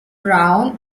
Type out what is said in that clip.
brown